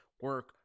Work